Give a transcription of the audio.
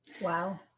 Wow